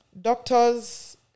Doctors